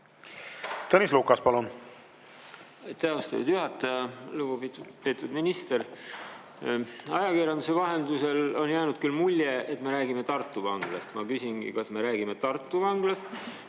Tõnis Lukas, palun! Aitäh, austatud juhataja! Lugupeetud minister! Ajakirjanduse vahendusel on jäänud küll mulje, et me räägime Tartu vanglast. Ma küsingi, kas me räägime Tartu vanglast,